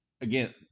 again